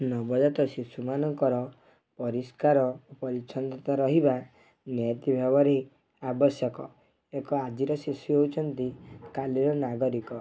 ନବଜାତ ଶିଶୁମାନଙ୍କର ପରିସ୍କାର ପରିଛନ୍ନତା ରହିବା ନିହାତି ଭାବରେ ଆବଶ୍ୟକ ଏକ ଆଜିର ଶିଶୁ ହେଉଛନ୍ତି କାଲିର ନାଗରିକ